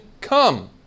come